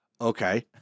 Okay